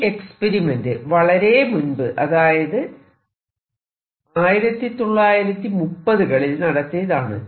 ഈ എക്സ്പെരിമെന്റ് വളരെ മുൻപ് അതായത് 1930 കളിൽ നടത്തിയതാണ്